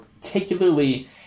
Particularly